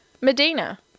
Medina